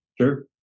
sure